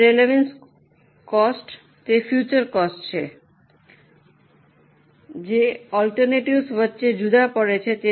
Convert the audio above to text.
હવે relevant cost તે future cost છે જે ઑલ્ટર્નટિવ્જ઼ વચ્ચે જુદા પડે છે